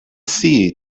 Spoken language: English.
see